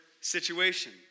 situation